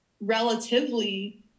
relatively